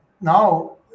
now